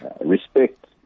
respect